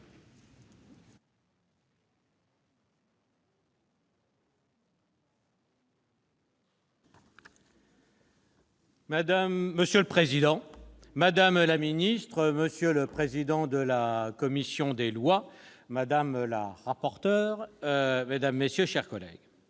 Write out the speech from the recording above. madame la ministre, monsieur le président de la commission des lois, madame la rapporteur, mes chers collègues,